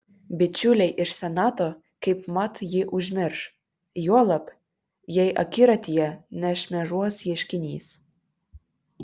bičiuliai iš senato kaipmat jį užmirš juolab jei akiratyje nešmėžuos ieškinys